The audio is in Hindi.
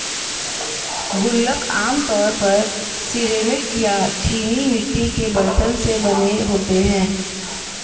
गुल्लक आमतौर पर सिरेमिक या चीनी मिट्टी के बरतन से बने होते हैं